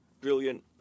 brilliant